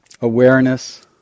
Awareness